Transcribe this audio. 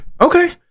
Okay